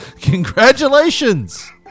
Congratulations